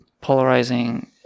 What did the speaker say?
polarizing